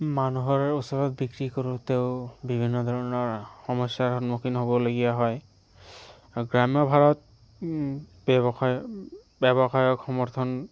মানুহৰ ওচৰত বিক্ৰী কৰোঁতেও বিভিন্ন ধৰণৰ সমস্যাৰ সন্মুখীন হ'বলগীয়া হয় আৰু গ্ৰাম্য ভাৰত ব্যৱসায় ব্যৱসায়ক সমৰ্থন